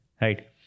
Right